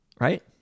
Right